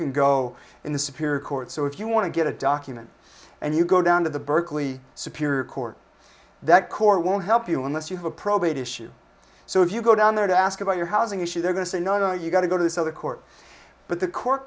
can go in the superior court so if you want to get a document and you go down to the berkeley superior court that court won't help you unless you have a probate issue so if you go down there to ask about your housing issue they're going to say no you've got to go to this other court but the court